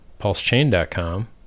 Pulsechain.com